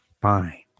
fine